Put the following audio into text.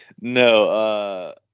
No